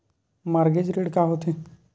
Mortgage ऋण का होथे?